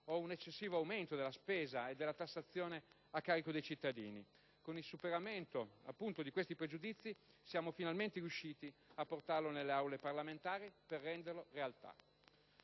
o un eccessivo aumento della spesa e della tassazione a carico dei cittadini; con il superamento, appunto, di questi pregiudizi, siamo finalmente riusciti a portarlo nelle Aule parlamentari per renderlo realtà.